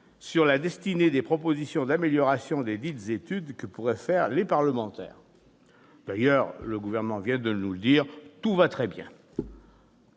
sur la destinée des propositions d'amélioration desdites études que pourraient faire les parlementaires ... D'ailleurs, le Gouvernement vient de nous le dire, tout va très bien